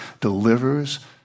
delivers